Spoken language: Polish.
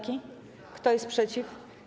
Kto jest przeciw?